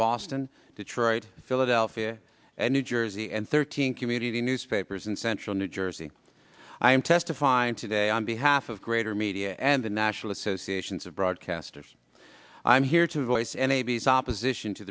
boston detroit philadelphia and new jersey and thirteen community newspapers in central new jersey i'm testifying today on behalf of greater media and the national associations of broadcasters i'm here to voice an a b c opposition to